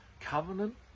covenant